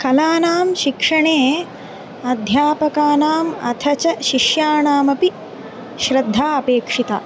कलानां शिक्षणे अध्यापकानाम् अथ च शिष्याणामपि श्रद्धा अपेक्षिता